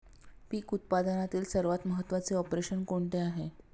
पीक उत्पादनातील सर्वात महत्त्वाचे ऑपरेशन कोणते आहे?